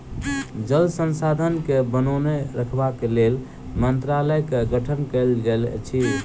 जल संसाधन के बनौने रखबाक लेल मंत्रालयक गठन कयल गेल अछि